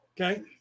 Okay